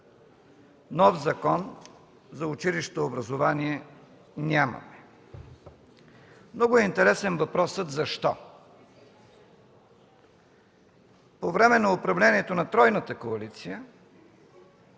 нов Закон за училищното образование нямаме. Много е интересен въпросът „Защо?” По време на управлението на тройната коалиция,